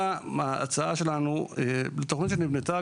ההצעה שלנו היא תוכנית שנבנתה,